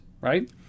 Right